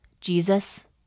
Jesus